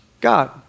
God